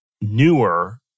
newer